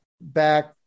back